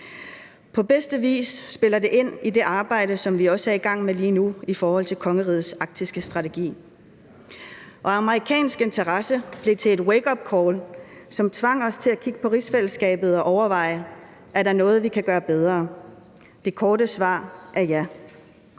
På bedste vis spiller det ind i det arbejde, som vi også er i gang med lige nu i forhold til kongerigets arktiske strategi, og amerikansk interesse blev til et wakeupcall, som tvang os til at kigge på rigsfællesskabet og overveje: Er der noget, vi kan gøre bedre? Det korte svar er ja.